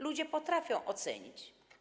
Ludzie potrafią to ocenić.